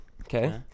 Okay